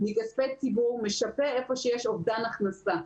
המשרד משפה מכספי ציבור איפה שיש אובדן הכנסה.